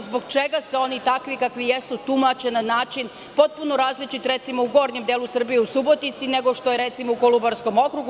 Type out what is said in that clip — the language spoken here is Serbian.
Zbog čega su oni takvi kakvi jesu tumače na način potpuno različit, recimo, u gornjem delu Srbije u Subotici nego što je recimo u Kolubarskom okrugu.